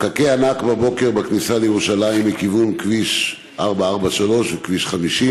פקקי ענק בבוקר בכניסה לירושלים מכיוון כביש 443 וכביש 50,